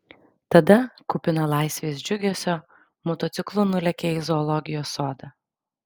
tada kupina laisvės džiugesio motociklu nulėkė į zoologijos sodą